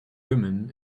women